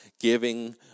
giving